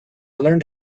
learned